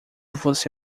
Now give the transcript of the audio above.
você